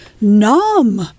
numb